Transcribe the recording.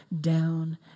down